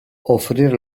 offrire